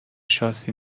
شاسی